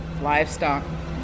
livestock